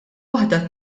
waħda